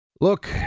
Look